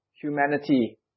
humanity